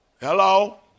Hello